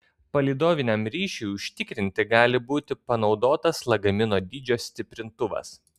palydoviniam ryšiui užtikrinti gali būti panaudotas lagamino dydžio stiprintuvas